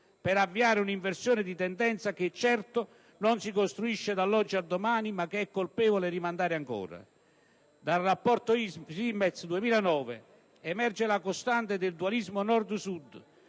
per avviare un'inversione di tendenza che certo non si costruisce dall'oggi al domani, ma che è colpevole rimandare ancora. Dal Rapporto Svimez 2009 emerge la costante del dualismo Nord Sud,